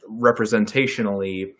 representationally